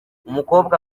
umukobwa